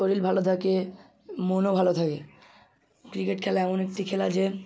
শরীর ভালো থাকে মনও ভালো থাকে ক্রিকেট খেলা এমন একটি খেলা যে